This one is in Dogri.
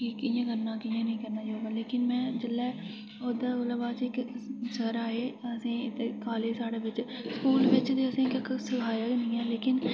की कि'यां करना कि'यां नेईं करना योगा लेकिन जेल्लै में ओह्दे बाद च इक सर आये असें ई ते कॉलेज साढ़े बिच स्कूल बिच ते असें ई कक्ख सखाया गै निं ऐ लेकिन